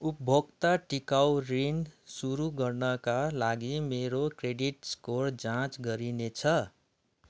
उपभोक्ता टिकाउ ऋण सुरु गर्नका लागि मेरो क्रेडिट स्कोर जाँच गरिने छ